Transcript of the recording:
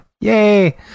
Yay